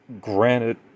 granted